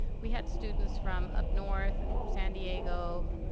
we had students from up north, san diego,